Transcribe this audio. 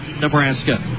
Nebraska